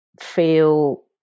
feel